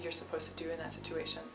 you're supposed to do in that situation